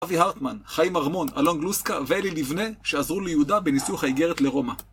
אבי הרטמן, חיים ארמון, אלון גלוסקה ואלי לבנה, שעזרו ליהודה בניסוח ההיגרת לרומא.